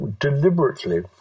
deliberately